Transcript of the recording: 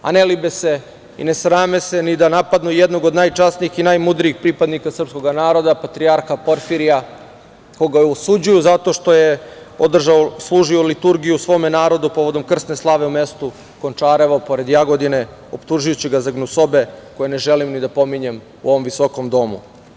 A ne libe se i ne srame se ni da napadnu jednog od najčasnijih i najmudrijih pripadnika srpskog naroda patrijarha Porfirija, koga osuđuju zato što je služio liturgiju svome narodu povodom krsne slave u mestu Končarevo pored Jagodine, optužujući ga za gnusobe koje ne želim ni da pominjem u ovom visokom domu.